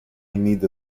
need